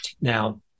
Now